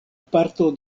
parto